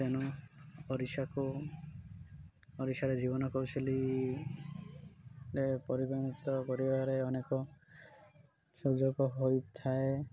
ତେଣୁ ଓଡ଼ିଶାକୁ ଓଡ଼ିଶାରେ ଜୀବନ କୌଶଳୀରେ ପରିଗଣିତ କରିବାରେ ଅନେକ ସୁଯୋଗ ହୋଇଥାଏ